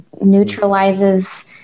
neutralizes